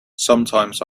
sometimes